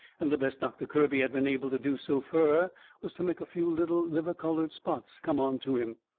and the best doctor kirby had been able to do so fur was to make a few little liver-coloured spots come onto him.